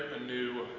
anew